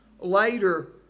later